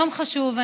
יום חשוב.